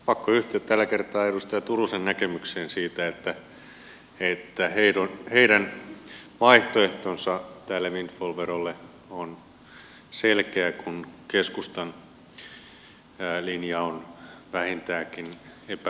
pakko yhtyä tällä kertaa edustaja turusen näkemykseen siitä että heidän vaihtoehtonsa tälle windfall verolle on selkeä kun keskustan linja on vähintäänkin epämääräinen